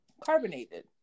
Carbonated